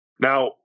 Now